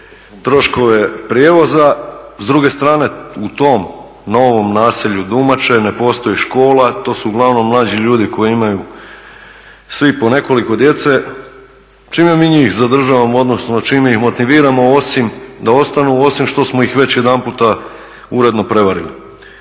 troškove prijevoza. S druge strane u tom novom naselju … ne postoji škola, to su uglavnom mlađi ljudi koji imaju svi po nekoliko djece, čime mi njih zadržavamo, odnosno čime ih motiviramo da ostanu osim što smo ih već jedanputa uredno prevarili.